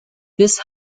this